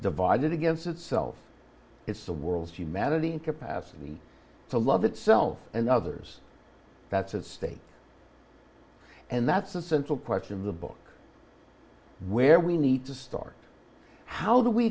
divided against itself it's the world's humanity in capacity to love itself and others that's at stake and that's the central question of the book where we need to start how do we